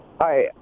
Hi